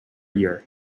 year